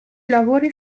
lavori